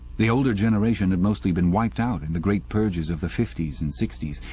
the older generation had mostly been wiped out in the great purges of the fifties and sixties,